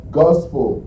gospel